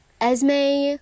esme